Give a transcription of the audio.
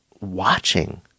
watching